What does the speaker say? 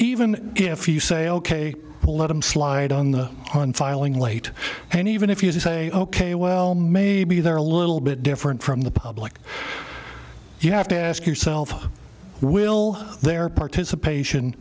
even if you say ok we'll let him slide on the on filing late and even if you say ok well maybe they're a little bit different from the public you have to ask yourself will their participation